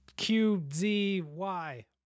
Q-Z-Y